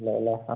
ഉള്ളതല്ലേ